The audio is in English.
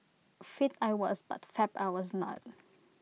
fit I was but fab I was not